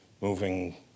moving